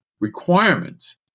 requirements